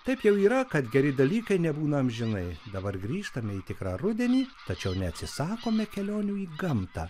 taip jau yra kad geri dalykai nebūna amžinai dabar grįžtame į tikrą rudenį tačiau neatsisakome kelionių į gamtą